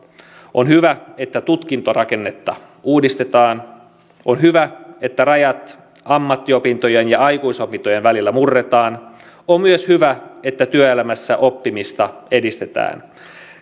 on hyvä että tutkintorakennetta uudistetaan on hyvä että rajat ammattiopintojen ja aikuisopintojen välillä murretaan on myös hyvä että työelämässä oppimista edistetään